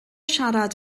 siarad